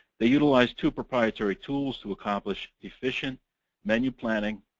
they utilize two proprietary tools to accomplish efficient menu-planning,